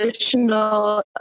additional